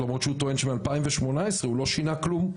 למרות שהוא טוען שמ-2018 הוא לא שינה כלום.